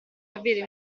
avere